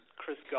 Chris